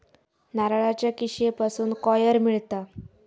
नारळाच्या किशीयेपासून कॉयर मिळता